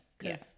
yes